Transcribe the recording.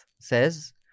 says